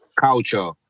culture